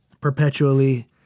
perpetually